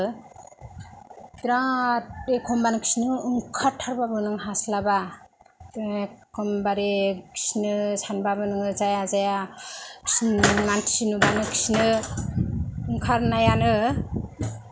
बिरात एखनबानो खिनो ओंखार थारबाबो नों हास्लाबा एखदमबारे खिनो सानबाबो नोङो जाया जाया खिनो मानसि नुबानो खिनो ओंखारनायानो